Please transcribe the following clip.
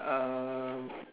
uh